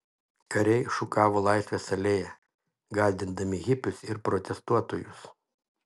kariai šukavo laisvės alėją gąsdindami hipius ir protestuotojus